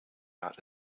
art